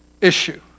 issue